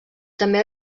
també